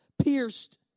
pierced